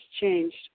changed